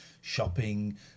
shopping